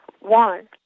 One